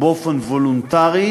באופן וולונטרי,